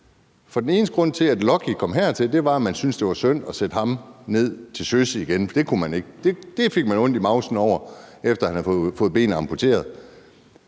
for den eneste grund til, at Lucky kom hertil, var, at man syntes, at det var synd at sætte ham ned til søs igen. Det kunne man ikke, for det fik man ondt i mavsen over, efter han havde fået benet amputeret.